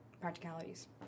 practicalities